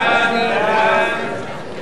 להצביע.